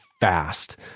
fast